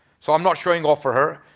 so i'm not showing off for her.